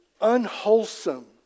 unwholesome